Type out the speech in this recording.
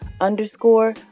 underscore